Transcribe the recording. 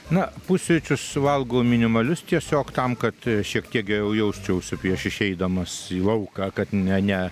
na pusryčius suvalgau minimalius tiesiog tam kad šiek tiek geriau jausčiausi prieš išeidamas į lauką kad ne ne